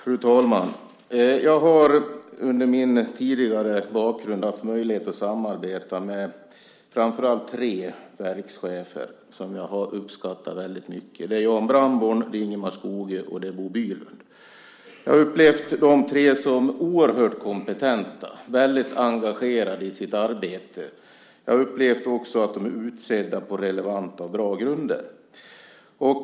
Fru talman! Jag har genom min tidigare bakgrund haft möjlighet att samarbeta med framför allt tre verkschefer, som jag har uppskattat väldigt mycket. Det är Jan Brandborn, Ingemar Skogö och Bo Bylund. Jag har upplevt de tre som oerhört kompetenta och väldigt engagerade i sitt arbete. Jag har också upplevt att de är utsedda på relevanta och bra grunder.